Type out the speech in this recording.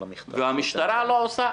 והמשטרה לא עושה